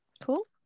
cool